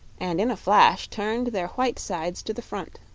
and in a flash turned their white sides to the front.